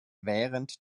während